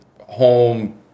home